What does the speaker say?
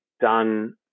done